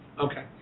Okay